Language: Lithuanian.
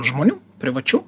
žmonių privačių